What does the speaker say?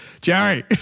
Jerry